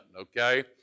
okay